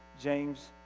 James